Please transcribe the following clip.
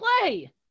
play